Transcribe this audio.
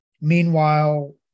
meanwhile